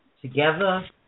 together